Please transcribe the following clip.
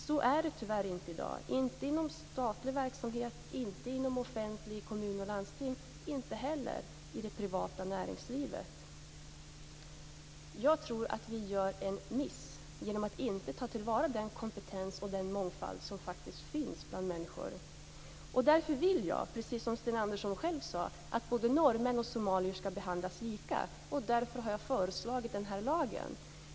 Så är det tyvärr inte i dag - inte inom statlig verksamhet, inte inom kommun och landsting och inte heller i det privata näringslivet. Jag tror att vi gör en miss genom att inte ta till vara den kompetens och den mångfald som faktiskt finns bland människor. Därför vill jag, precis som Sten Andersson själv sade, att norrmän och somalier skall behandlas lika. Och därför har jag föreslagit denna lag.